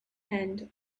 hand